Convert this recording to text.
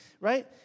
right